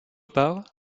part